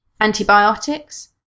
antibiotics